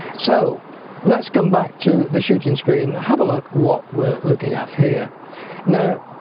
so let's come back to the shooting screen have a look what we're looking at here now